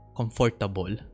comfortable